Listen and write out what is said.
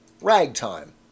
ragtime